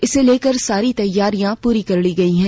इसे लेकर सारी तैयारियां पूरी कर ली गई हैं